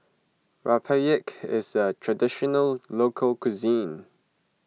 Rempeyek is a Traditional Local Cuisine